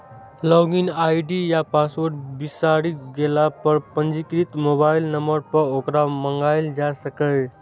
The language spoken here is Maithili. लॉग इन आई.डी या पासवर्ड बिसरि गेला पर पंजीकृत मोबाइल नंबर पर ओकरा मंगाएल जा सकैए